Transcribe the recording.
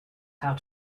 how